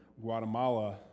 Guatemala